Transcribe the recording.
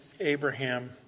Abraham